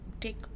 take